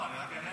לא, אני רק אענה